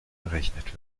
berechnet